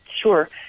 Sure